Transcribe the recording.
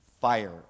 fire